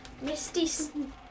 misty